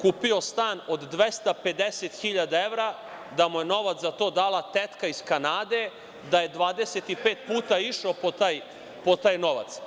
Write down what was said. kupio stan od 250.000 evra, da mu je novac za to dala tetka iz Kanade, da je 25 puta išao po taj novac.